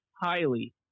highly